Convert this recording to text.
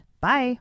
bye